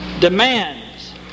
demands